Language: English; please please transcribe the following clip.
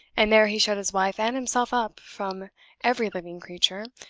and there he shut his wife and himself up from every living creature,